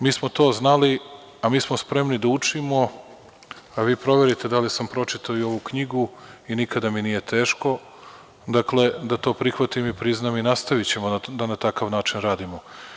Mi smo to znali, a mi smo spremni da učimo, a vi proverite da li sam pročitao i ovu knjigu i nikada mi nije teško, dakle, da to prihvatim i priznam i nastavićemo da na takav način radimo.